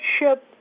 ship